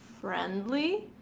friendly